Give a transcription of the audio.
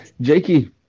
Jakey